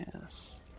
Yes